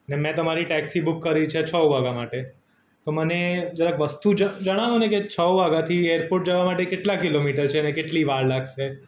અને મેં તમારી ટેક્સી બુક કરી છે છ વાગ્યા માટે તો મને જરાક વસ્તુ જ જણાવોને કે છ વાગ્યાથી એરપોર્ટ જવા માટે કેટલા કિલોમીટર છે ને કેટલી વાર લાગશે